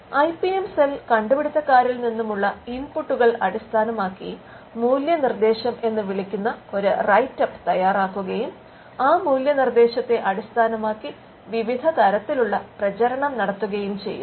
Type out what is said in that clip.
IPM cell കണ്ടുപിടുത്തക്കാരിൽ നിന്നുമുള്ള ഇൻപുട്ടുകൾ അടിസ്ഥാനമാക്കി മൂല്യ നിർദ്ദേശം എന്ന് വിളിക്കുന്ന ഒരു റൈറ്റ് അപ്പ് തയ്യാറാക്കുകയും ആ മൂല്യ നിർദ്ദേശത്തെ അടിസ്ഥാനമാക്കി വിവിധതരത്തിലുള്ള പ്രചരണം നടത്തുകയും ചെയ്യുന്നു